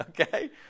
Okay